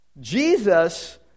Jesus